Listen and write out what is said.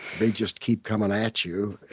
they just keep coming at you